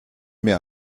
mir